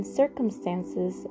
circumstances